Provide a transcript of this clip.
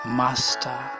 master